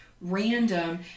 random